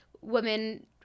women